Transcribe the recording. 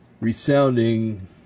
resounding